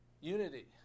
unity